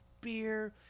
beer